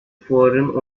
fuarın